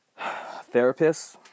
therapists